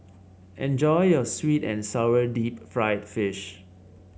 enjoy your sweet and sour Deep Fried Fish